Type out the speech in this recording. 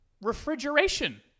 refrigeration